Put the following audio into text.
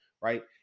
Right